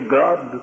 god